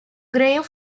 grave